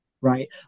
right